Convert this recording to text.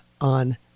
on